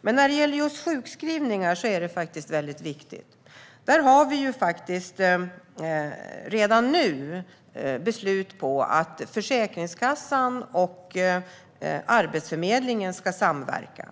men när det gäller just sjukskrivningar är detta samspel väldigt viktigt. Där har vi redan nu beslut på att Försäkringskassan och Arbetsförmedlingen ska samverka.